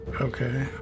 Okay